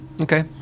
Okay